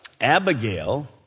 Abigail